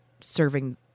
serving